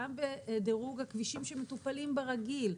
גם בדירוג הכבישים שמטופלים ברגיל,